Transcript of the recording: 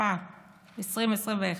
התשפ"א 2021,